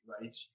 right